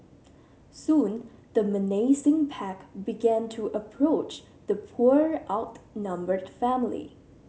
soon the menacing pack began to approach the poor outnumbered family